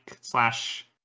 slash